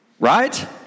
Right